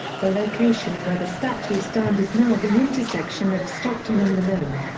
the location where the statues stand is now the intersection of stockton and malone.